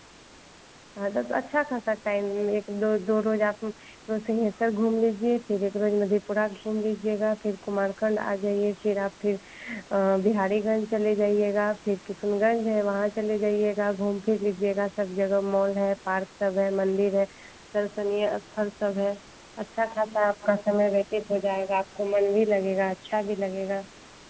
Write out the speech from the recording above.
हाँ तब तो अच्छा खासा टाइम एक दो दो रोज आप वो सिंहेश्वर घूम लीजिए फिर एक रोज मधेपुरा घूम लीजिएगा फिर कुमारखंड आ जाइए फिर आप फिर बिहारीगंज चले जाइएगा फिर किशनगंज है वहाँ चले जाइएगा घूम फिर लीजिएगा सब जगह मॉल हैं पार्क सब हैं मंदिर है दर्शनीय स्थल सब हैं अच्छा खासा आपका समय व्यतीत हो जाएगा आपको मन भी लगेगा अच्छा भी लगेगा